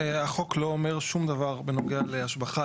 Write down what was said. החוק לא אומר שום דבר בנוגע להשבחה,